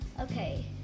Okay